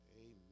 Amen